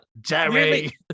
Jerry